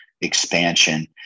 expansion